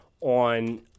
on